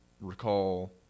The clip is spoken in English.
recall